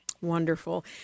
Wonderful